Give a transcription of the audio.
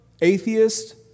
atheist